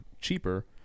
cheaper